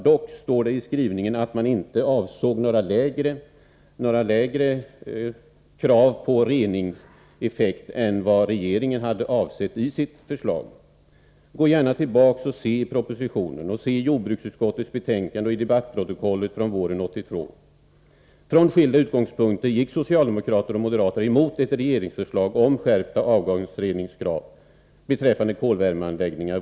Dock står det i skrivningen, att man inte ville ha lägre krav på reningseffekt än vad regeringen avsåg i sitt förslag. Gå gärna tillbaka till propositionen och se efter, och se också efter i jordbruksutskottets betänkande och i debattprotokollet från våren 1982. Från skilda utgångspunkter gick socialdemokrater och moderater våren 1982 emot regeringsförslaget om skärpta avgasreningskrav beträffande kolvärmeanläggningar.